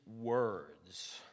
words